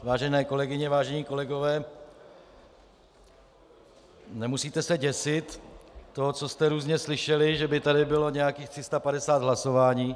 Vážené kolegyně, vážení kolegové, nemusíte se děsit toho, co jste různě slyšeli, že by tady bylo nějakých 350 hlasování.